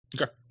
okay